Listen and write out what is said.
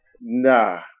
Nah